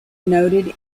noted